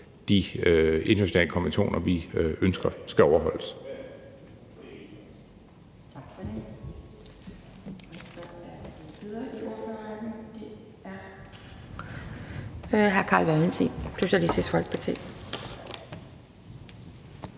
de internationale konventioner, vi ønsker skal overholdes.